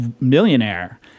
millionaire